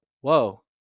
whoa